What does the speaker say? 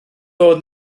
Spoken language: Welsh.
bod